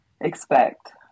expect